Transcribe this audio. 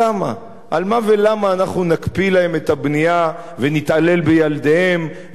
על מה ולמה אנחנו נקפיא להם את הבנייה ונתעלל בילדיהם ונפעל לכך